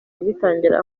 agitangira